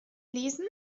lesen